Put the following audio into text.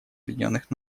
объединенных